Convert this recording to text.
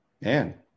man